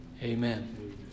Amen